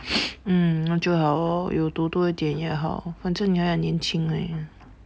mm 那就好咯有读多一点也好反正你还年轻 leh